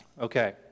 okay